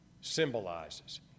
symbolizes